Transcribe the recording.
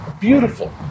beautiful